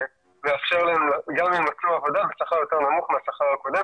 שיאפשר להם גם אם מצאו עבודה בשכר יותר נמוך מהשכר הקודם,